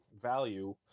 value